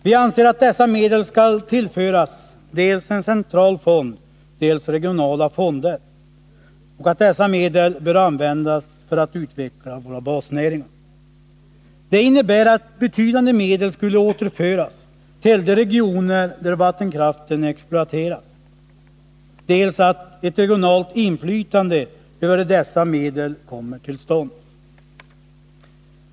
Vi anser att dessa medel skall tillföras dels en central fond, dels regionala fonder och att medlen bör användas för att utveckla basnäringar. Det innebär att betydande medel skulle återföras till de regioner där vattenkraften exploateras och att ett regionalt inflytande över dessa medel kommer till stånd.